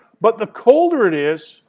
but the colder it is,